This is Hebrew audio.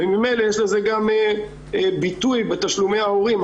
וממילא יש לזה ביטוי גם בתשלומי ההורים.